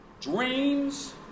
dreams